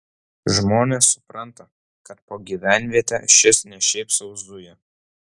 žmonės supranta kad po gyvenvietę šis ne šiaip sau zuja